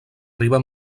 riba